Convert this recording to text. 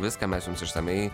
viską mes jums išsamiai